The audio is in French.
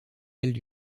galles